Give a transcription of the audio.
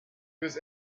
fürs